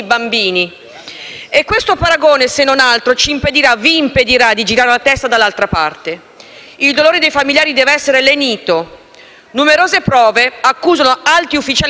E questo paragone, se non altro, ci impedirà, vi impedirà di girare la testa dall'altra parte. Il dolore dei familiari deve essere lenito. Numerose prove accusano alti ufficiali della Marina